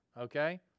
Okay